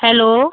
hello